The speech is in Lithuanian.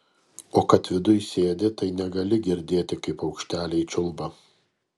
o kad viduj sėdi tai negali girdėti kaip paukšteliai čiulba